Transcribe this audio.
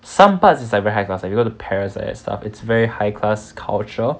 some parts it's like very high class like you go to paris like that and stuff it's very high class culture